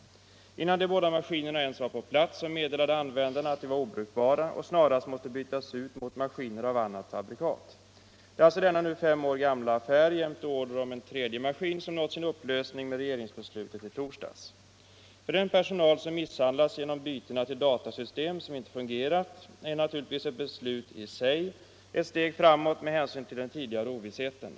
Innan de båda maskinerna ens var på plats meddelade användarna att de var obrukbara och snarast måste bytas ut mot maskiner av annat fabrikat. Det är alltså denna nu fem år gamla affär jämte order om en tredje maskin som nått sin upplösning med regeringens beslut i torsdags. För den personal som misshandlats genom byten till datasystem som inte fungerat är naturligtvis ett beslut i sig ett steg framåt med hänsyn till den tidigare ovissheten.